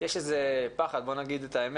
באופן כללי שיש איזה פחד בואו נגיד את האמת